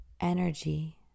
energy